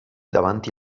davanti